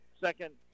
second